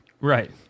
Right